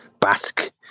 Basque